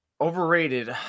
Overrated